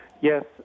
Yes